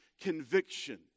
conviction